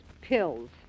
pills